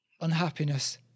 Unhappiness